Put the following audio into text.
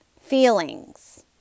feelings